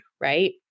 right